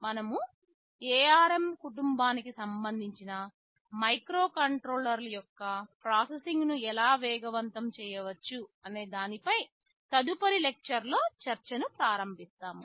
మనము ARM కుటుంబానికి సంబంధించిన మైక్రోకంట్రోలర్ల యొక్క ప్రాసెసింగ్ను ఎలా వేగవంతం చేయవచ్చు అనేదానిపై తదుపరి లెక్చర్ లో చర్చను ప్రారంభిస్తాము